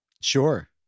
Sure